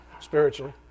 Spiritually